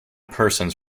persons